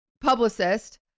publicist